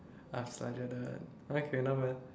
okay not bad